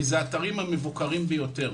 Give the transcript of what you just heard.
כי אלה האתרים המבוקרים ביותר.